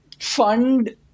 fund